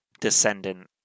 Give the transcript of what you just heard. descendant